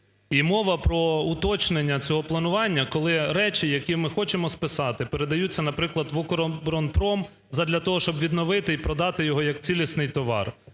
І мова про уточнення цього планування, коли речі, які ми хочемо списати, передаються, наприклад в "Укроборонпром" задля того, щоб відновити і продати його як цілісний товар,